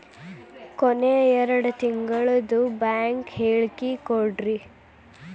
ಕೊನೆ ಎರಡು ತಿಂಗಳದು ಬ್ಯಾಂಕ್ ಹೇಳಕಿ ಕೊಡ್ರಿ